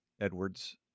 Edwards